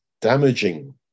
damaging